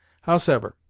howsever,